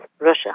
Russia